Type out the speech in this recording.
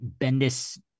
Bendis